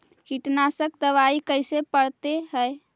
कीटनाशक दबाइ कैसे पड़तै है?